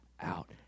out